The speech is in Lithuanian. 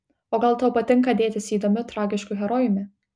o gal tau patinka dėtis įdomiu tragišku herojumi